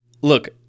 Look